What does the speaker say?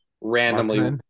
randomly